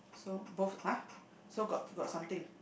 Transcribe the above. so both !huh! so got got something